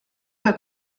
que